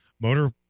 Motor